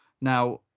Now